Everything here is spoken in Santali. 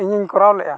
ᱤᱧᱤᱧ ᱠᱚᱨᱟᱣ ᱞᱮᱜᱼᱟ